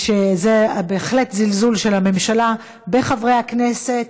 זה בהחלט זלזול של הממשלה בחברי הכנסת,